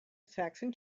saxon